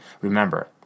Remember